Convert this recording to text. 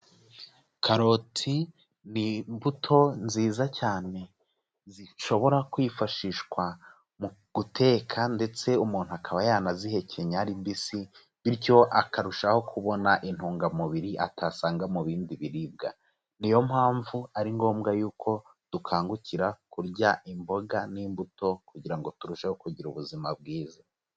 Karoti ni imbuto nziza cyane, zishobora kwifashishwa mu guteka ndetse umuntu akaba yanazihekenya ari mbisi, bityo akarushaho kubona intungamubiri atasanga mu bindi biribwa; ni yo mpamvu ari ngombwa yuko dukangukira kurya imboga n'imbuto, kugira ngo turusheho kugira ubuzima bwiza.